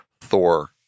thor